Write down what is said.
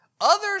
Others